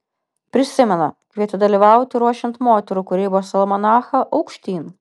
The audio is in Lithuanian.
prisimena kvietė dalyvauti ruošiant moterų kūrybos almanachą aukštyn